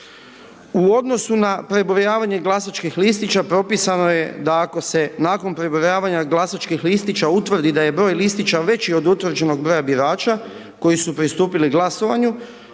U odnosu na prebrojavanje glasačkih listića propisano je da ako se nakon prebrojavanja glasačkih listića utvrdi da je broj listića veći od utvrđenog broja birača koji su pristupili glasovanju,